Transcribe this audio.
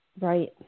Right